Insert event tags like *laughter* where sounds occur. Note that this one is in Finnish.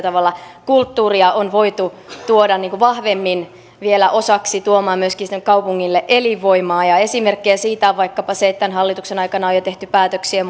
*unintelligible* tavalla kulttuuria on voitu tuoda vahvemmin vielä osaksi tuomaan myöskin sille kaupungille elinvoimaa esimerkkejä siitä on vaikkapa se että tämän hallituksen aikana on jo tehty päätöksiä *unintelligible*